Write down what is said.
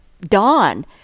dawn